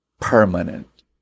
permanent